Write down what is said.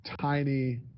tiny